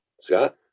Scott